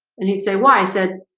and he'd say why i said